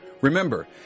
Remember